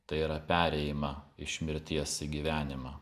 tai yra perėjimą iš mirties į gyvenimą